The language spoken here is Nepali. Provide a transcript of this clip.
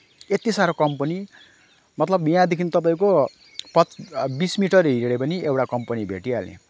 यति साह्रो कम्पनी मतलब यहाँदेखि तपाईँको बिस मिटर हिँड्यो भने एउटा कम्पनी भेटिहाल्ने